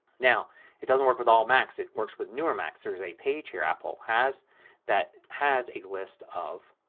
now it doesn't work with all macs. it works with newer macs. there is a page here that apple has that has a list of